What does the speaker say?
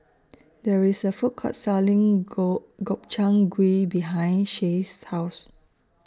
There IS A Food Court Selling Gob Gobchang Gui behind Shay's House